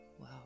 Wow